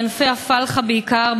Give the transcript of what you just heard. בענפי הפלחה בעיקר,